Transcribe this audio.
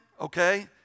okay